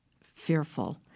fearful